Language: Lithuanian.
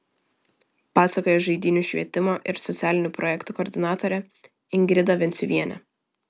pasakoja žaidynių švietimo ir socialinių projektų koordinatorė ingrida venciuvienė